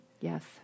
Yes